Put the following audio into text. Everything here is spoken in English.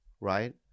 right